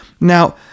Now